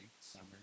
summer